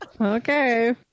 Okay